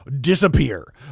disappear